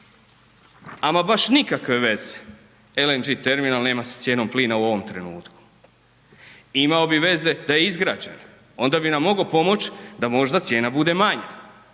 ama baš nikakve veze LNG terminal nema sa cijenom plina u ovom trenutku. Imao bi veze da je izgrađen, onda bi nam mogao pomoć da možda cijena bude manja